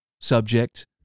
subject